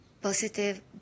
Positive